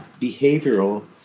behavioral